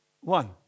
one